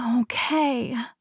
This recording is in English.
Okay